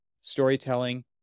storytelling